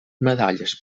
medalles